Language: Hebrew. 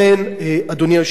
אדוני היושב-ראש,